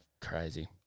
Crazy